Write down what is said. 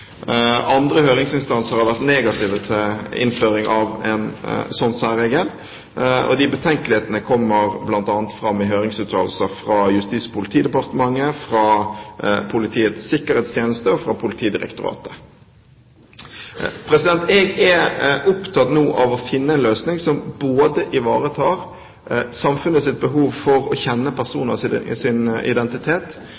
Andre høringsinstanser har vært negative til innføring av en slik særregel. Betenkelighetene kommer bl.a. fram i høringsuttalelser fra Justis- og politidepartementet, fra Politiets sikkerhetstjeneste og fra Politidirektoratet. Jeg er nå opptatt av å finne en løsning som på den ene siden både ivaretar samfunnets behov for å kjenne